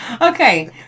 Okay